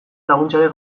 laguntzarik